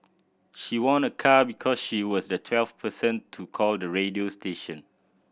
she won a car because she was the twelfth person to call the radio station